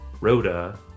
Rhoda